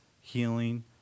healing